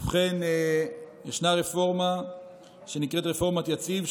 ישנה רפורמה שנקראת רפורמת יציב,